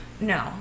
No